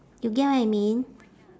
you get what I mean